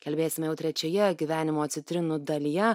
kalbėsime jau trečioje gyvenimo citrinų dalyje